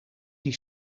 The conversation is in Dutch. die